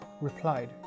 replied